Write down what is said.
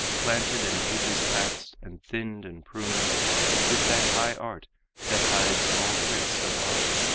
planted in ages past, and thinned and pruned with that high art that hides all trace of art,